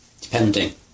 depending